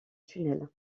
tunnel